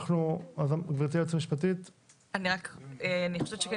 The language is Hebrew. גברתי היועצת המשפטית --- אני חושבת שכן